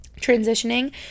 transitioning